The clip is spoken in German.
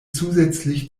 zusätzlich